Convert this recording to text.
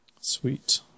Sweet